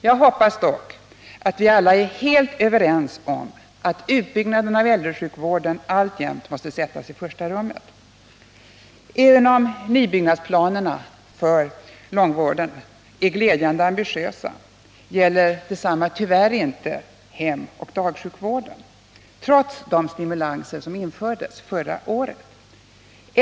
Jag hoppas dock att vi alla är helt överens om att utbyggnaden av äldresjukvården alltjämt måste sättas i första rummet. Även om nybyggnadsplanerna för långvården är glädjande ambitiösa gäller detsamma tyvärr inte hemoch dagsjukvården, trots de stimulanser som infördes förra året.